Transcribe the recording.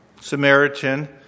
Samaritan